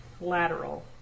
Lateral